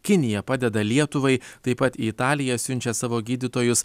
kinija padeda lietuvai taip pat į italiją siunčia savo gydytojus